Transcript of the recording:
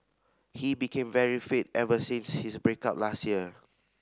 he became very fit ever since his break up last year